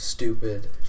Stupid